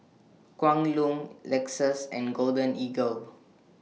Kwan Loong Lexus and Golden Eagle